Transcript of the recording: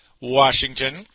Washington